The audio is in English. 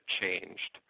changed